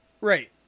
Right